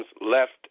left